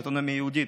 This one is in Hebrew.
מאוטונומיה יהודית,